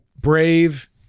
brave